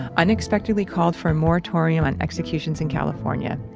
unexpectedly called for a moratorium on executions in california.